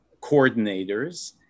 coordinators